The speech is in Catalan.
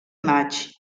maig